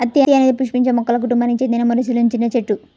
అత్తి అనేది పుష్పించే మొక్కల కుటుంబానికి చెందిన మోరేసిలోని చిన్న చెట్టు